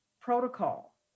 protocol